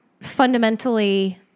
fundamentally